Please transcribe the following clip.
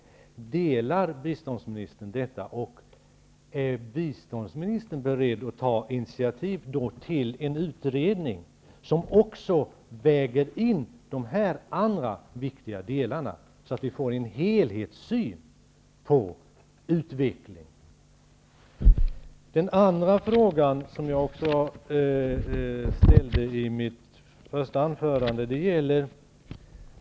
Instämmer biståndsministern i detta, och är biståndsministern i så fall beredd att ta initiativ till en utredning som väger in också de här andra viktiga delarna, så att vi får en helhetssyn på utvecklingen? Den andra frågan jag vill ställa tog jag också upp i mitt huvudanförande.